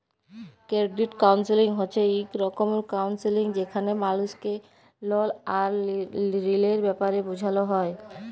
credit counselling হছে ইক রকমের কাউলসেলিংযেখালে মালুসকে লল আর ঋলের ব্যাপারে বুঝাল হ্যয়